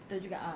betul juga ah